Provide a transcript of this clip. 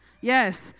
Yes